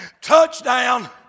touchdown